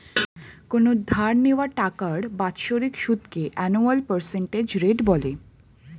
কোনো ধার নেওয়া টাকার বাৎসরিক সুদকে অ্যানুয়াল পার্সেন্টেজ রেট বলে